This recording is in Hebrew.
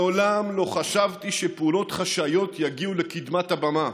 מעולם לא חשבתי שפעולות חשאיות יגיעו לקדמת הבמה.